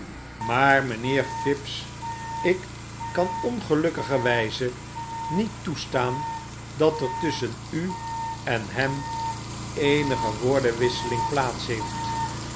maar mijnheer phibbs ik kan ongelukkigerwijze niet toestaan dat er tusschen u en hem eenige woordenwisseling plaats heeft